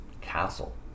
castle